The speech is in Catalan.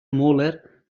muller